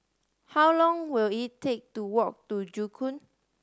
how long will it take to walk to Joo Koon